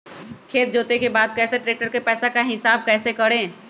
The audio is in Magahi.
खेत जोते के बाद कैसे ट्रैक्टर के पैसा का हिसाब कैसे करें?